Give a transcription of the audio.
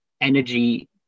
energy